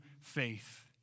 faith